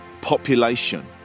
population